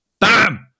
bam